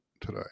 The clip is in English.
today